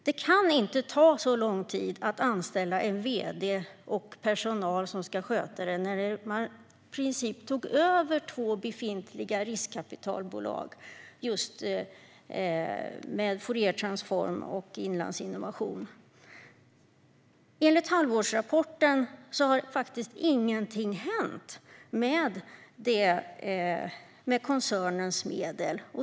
Det kan inte ta så lång tid att anställa en vd och personal som ska sköta det, när man i princip tog över två befintliga riskkapitalbolag: Fouriertransform och Inlandsinnovation. Enligt halvårsrapporten har ingenting hänt med koncernens medel.